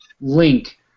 link